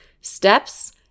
steps